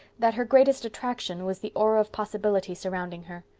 that her greatest attraction was the aura of possibility surrounding her.